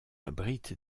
abrite